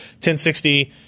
1060